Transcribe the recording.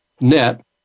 net